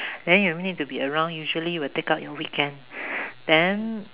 then you need to be around usually will take up your weekends then